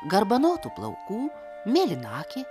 garbanotų plaukų mėlynakė